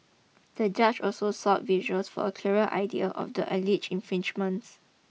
the judge also sought visuals for a clearer idea of the alleged infringements